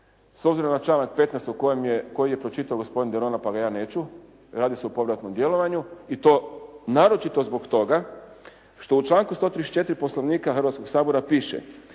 s obzirom na članak 15. koji je pročitao gospodin Denona, pa ga ja neću, radi se o povratnom djelovanju i to naročito zbog toga što u članku 134. Poslovnika Hrvatskog sabora piše